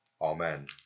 Amen